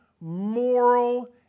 moral